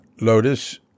Lotus